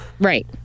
Right